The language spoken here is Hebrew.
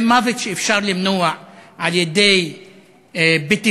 זה מוות שאפשר למנוע על-ידי בטיחות,